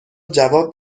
جواب